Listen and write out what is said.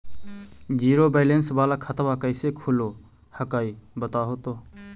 Zero balance वाला खतवा कैसे खुलो हकाई बताहो तो?